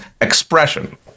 expression